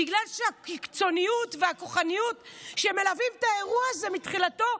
בגלל הקיצוניות והכוחניות שמלוות את האירוע הזה מתחילתו,